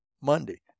Monday